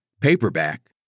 paperback